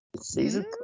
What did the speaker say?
season